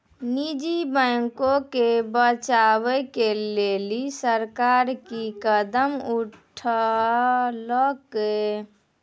निजी बैंको के बचाबै के लेली सरकार कि कदम उठैलकै?